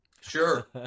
Sure